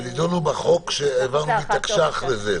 שנידונו בחוק שהעברנו מהתקש"ח לזה.